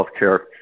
healthcare